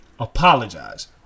apologize